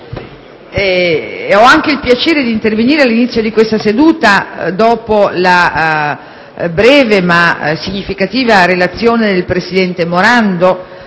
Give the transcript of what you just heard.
ho il piacere d'intervenire all'inizio di questa seduta dopo la breve, ma significativa, relazione del presidente della